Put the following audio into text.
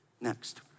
Next